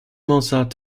mozart